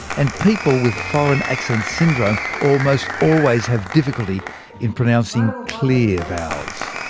and people with foreign accent syndrome almost always have difficulty in pronouncing clear vowels.